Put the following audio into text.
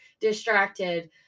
distracted